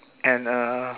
and uh